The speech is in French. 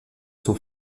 son